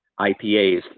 IPAs